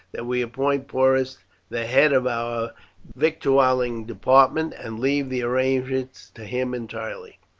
that we appoint porus the head of our victualling department, and leave the arrangements to him entirely.